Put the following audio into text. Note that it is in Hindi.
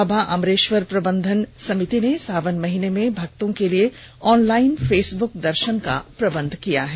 बाबा आमरेश्वरधाम प्रबंध समिति ने सावन महीने में भक्तों के लिए ऑनलाइन फेसबुक दर्शन का प्रबंध किया है